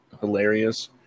hilarious